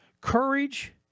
Courage